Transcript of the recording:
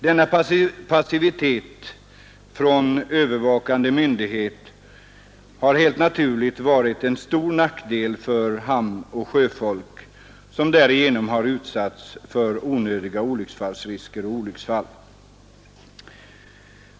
Denna passivitet från övervakande myndighet har helt naturligt varit en stor nackdel för hamnoch sjöfolk, som därigenom utsatts för onödiga olycksfallsrisker och olycksfall.